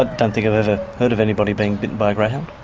but don't think i've ever heard of anybody being bitten by a greyhound?